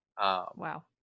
Wow